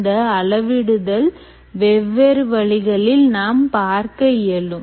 இந்த அளவிடுதல் வெவ்வேறு வழிகளில் நாம் பார்க்க இயலும்